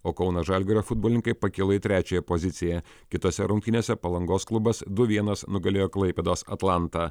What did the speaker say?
o kauno žalgirio futbolininkai pakilo į trečiąją poziciją kitose rungtynėse palangos klubas du vienas nugalėjo klaipėdos atlantą